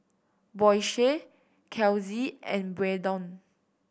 Boysie Kelsie and Braedon